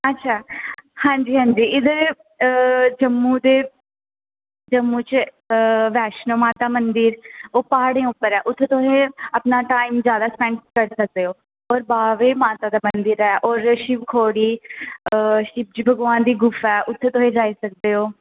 अच्छा हंजी हंजी इद्धर जम्मू दे जम्मू च वैष्णो माता मंदिर ओह् प्हाड़ें उप्पर ऐ उत्थै तुसें अपना टाइम ज्यादा स्पैंड करी सकदे हौ और बाह्वे माता दा मंदिर ऐ और शिवखोड़ी शिवजी भगवान दी गुफा ऐ उत्थै तुस जाई सकदेओ